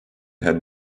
had